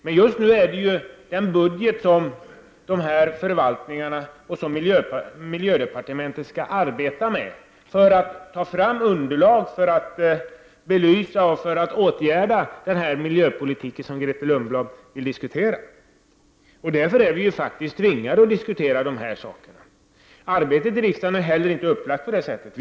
Men just nu diskuterar vi den budget som miljödepartementet har att arbeta efter för att ta fram olika underlag, vidta åtgärder och belysa den miljöpolitik som Grethe Lundblad vill diskutera. Därför är vi faktiskt tvingade att diskutera dessa frågor i dag. Arbetet i riksdagen är upplagt på det sättet.